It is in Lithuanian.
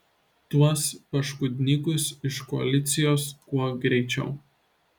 tuos paškudnykus iš koalicijos kuo greičiau